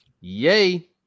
Yay